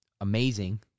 amazing